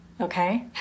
okay